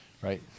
Right